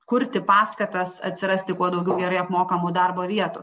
kurti paskatas atsirasti kuo daugiau gerai apmokamų darbo vietų